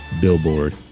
billboard